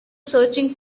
searching